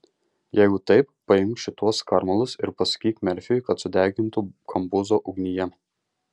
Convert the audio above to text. jeigu taip paimk šituos skarmalus ir pasakyk merfiui kad sudegintų kambuzo ugnyje